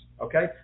okay